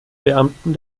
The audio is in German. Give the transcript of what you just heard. beamten